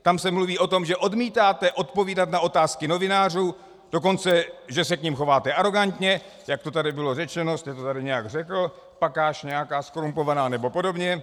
Tam se mluví o tom, že odmítáte odpovídat na otázky novinářů, dokonce že se k nim chováte arogantně, jak to tady bylo řečeno, už jste to tady nějak řekl, pakáž nějaká zkorumpovaná nebo podobně.